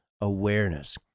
awareness